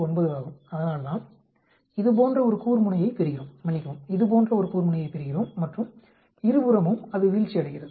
9 ஆகும் அதனால்தான் இது போன்ற ஒரு கூர்முனையைப் பெறுகிறோம் மன்னிக்கவும் இது போன்ற ஒரு கூர்முனையைப் பெறுகிறோம் மற்றும் இருபுறமும் அது வீழ்ச்சியடைகிறது